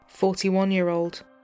41-year-old